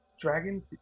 dragons